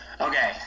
Okay